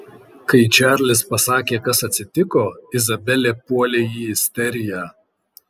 kai čarlis pasakė kas atsitiko izabelė puolė į isteriją